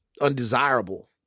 undesirable